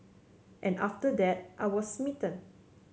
and after that I was smitten